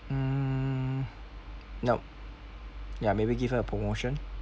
mm nope ya maybe give her promotion